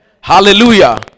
Hallelujah